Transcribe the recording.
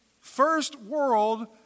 first-world